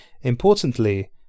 Importantly